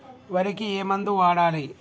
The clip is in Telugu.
వరికి ఏ మందు వాడాలి?